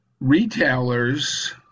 retailers